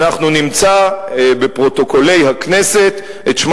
אנחנו נמצא בפרוטוקולי הכנסת את שמה